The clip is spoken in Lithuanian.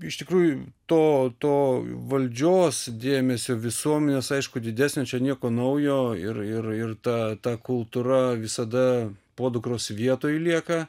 iš tikrųjų to to valdžios dėmesio visuomenės aišku didesnio čia nieko naujo ir ir ir ta ta kultūra visada podukros vietoj lieka